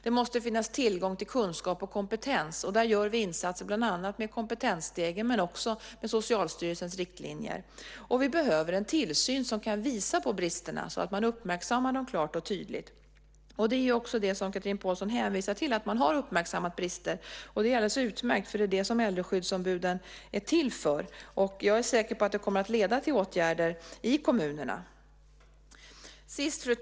Det måste finnas tillgång till kunskap och kompetens. Där gör vi insatser, bland annat med Kompetensstegen men också med Socialstyrelsens riktlinjer. Vi behöver en tillsyn som kan visa på bristerna så att man uppmärksammar dem klart och tydligt. Chatrine Pålsson hänvisar också till att man har uppmärksammat brister. Det är alldeles utmärkt, för det är det som äldreskyddsombuden är till för. Jag är säker på att det kommer att leda till åtgärder i kommunerna. Fru talman!